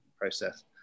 process